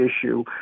issue